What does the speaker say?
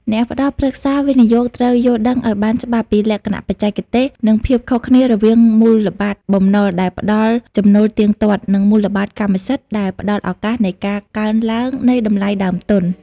អ្នកផ្ដល់ប្រឹក្សាវិនិយោគត្រូវយល់ដឹងឱ្យបានច្បាស់ពីលក្ខណៈបច្ចេកទេស និងភាពខុសគ្នារវាងមូលបត្របំណុលដែលផ្ដល់ចំណូលទៀងទាត់ និងមូលបត្រកម្មសិទ្ធិដែលផ្ដល់ឱកាសនៃការកើនឡើងនៃតម្លៃដើមទុន។